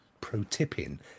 pro-tipping